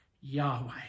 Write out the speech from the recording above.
Yahweh